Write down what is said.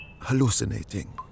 hallucinating